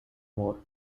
more